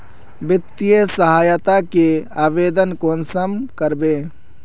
वित्तीय सहायता के आवेदन कुंसम करबे?